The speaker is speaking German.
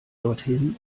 dorthin